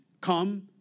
come